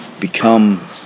become